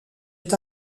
est